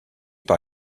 par